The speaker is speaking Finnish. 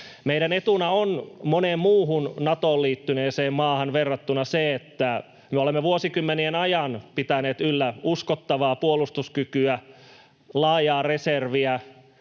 Meidän etuna on moneen muuhun Natoon liittyneeseen maahan verrattuna se, että me olemme vuosikymmenien ajan pitäneet yllä uskottavaa puolustuskykyä, laajaa reserviä,